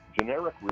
generic